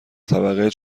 طبقه